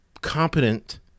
competent